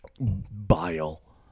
Bile